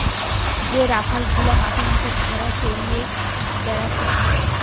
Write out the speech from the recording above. যে রাখাল গুলা মাঠে মাঠে ভেড়া চড়িয়ে বেড়াতিছে